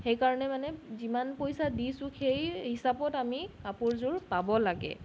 সেইকাৰণে মানে যিমান পইচা দিছো সেই হিচাপত আমি কাপোৰযোৰ পাব লাগে